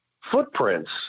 footprints